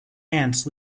ants